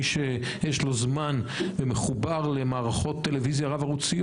מי שיש לו זמן ומחובר למערכות טלוויזיה רב ערוצי,